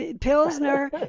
Pilsner